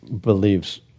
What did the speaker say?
believes